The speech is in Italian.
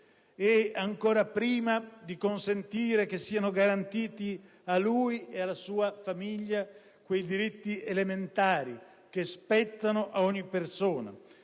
ed ancora prima di consentire che siano garantiti a lui e alla sua famiglia quei diritti elementari che spettano ad ogni persona,